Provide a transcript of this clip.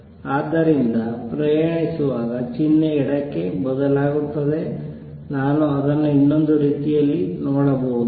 ಆದ್ದರಿಂದ ಪ್ರಯಾಣಿಸುವಾಗ ಚಿಹ್ನೆ ಎಡಕ್ಕೆ ಬದಲಾಗುತ್ತದೆ ನಾನು ಅದನ್ನು ಇನ್ನೊಂದು ರೀತಿಯಲ್ಲಿ ನೋಡಬಹುದು